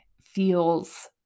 feels